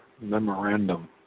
memorandum